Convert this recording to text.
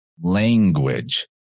language